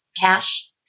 cash